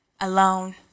alone